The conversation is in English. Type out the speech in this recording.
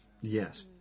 Yes